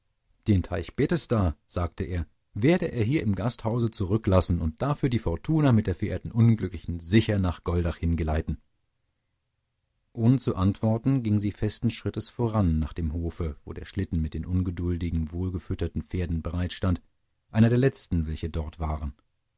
den teich bethesda sagte er werde er hier im gasthause zurücklassen und dafür die fortuna mit der verehrten unglücklichen sicher nach goldach hingeleiten gottfried keller ohne zu antworten ging sie festen schrittes voran nach dem hofe wo der schlitten mit den ungeduldigen wohlgefütterten pferden bereitstand einer der letzten welche dort waren